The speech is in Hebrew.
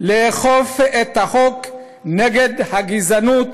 לאכוף את החוק נגד הגזענות